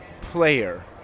player